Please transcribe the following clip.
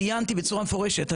ציינתי בצורה מפורשת,